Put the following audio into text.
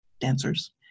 dancers